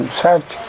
search